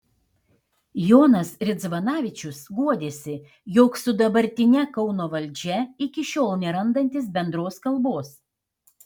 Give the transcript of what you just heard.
jonas ridzvanavičius guodėsi jog su dabartine kauno valdžia iki šiol nerandantis bendros kalbos